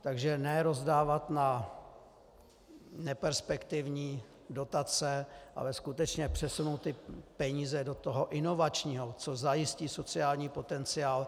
Takže ne rozdávat na neperspektivní dotace, ale skutečně přesunout peníze do toho inovačního, co zajistí sociální potenciál.